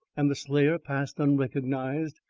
and the slayer passed unrecognised.